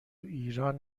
ایران